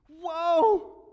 Whoa